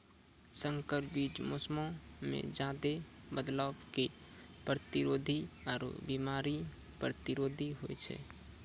संकर बीज मौसमो मे ज्यादे बदलाव के प्रतिरोधी आरु बिमारी प्रतिरोधी होय छै